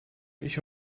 ich